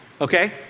okay